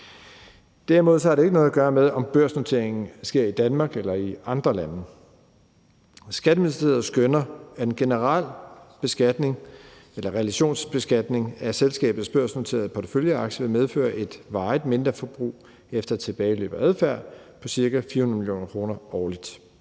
Derimod har det ikke noget at gøre med, om børsnoteringen sker i Danmark eller i andre lande. Skatteministeriet skønner, at en generel realisationsbeskatning af selskabers børsnoterede porteføljeaktier vil medføre et varigt mindreforbrug efter tilbageløb og adfærd på cirka 400 mio. kr. årligt.